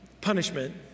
punishment